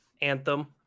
Anthem